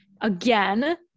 again